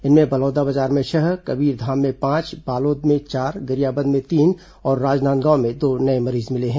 इनमें बलौदाबाजार में छह कबीरधाम में पांच बालोद में चार गरियाबंद में तीन और राजनांदगांव में दो नए मरीज शामिल हैं